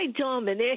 Dominic